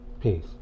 peace